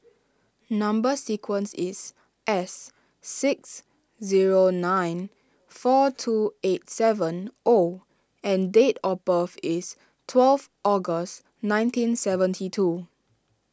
Number Sequence is S six zero nine four two eight seven O and date of birth is twelve August nineteen seventy two